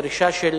הדרישה של